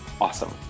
awesome